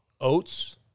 oats